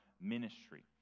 ministry